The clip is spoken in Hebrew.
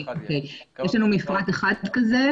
יש לנו מפרט אחד כזה,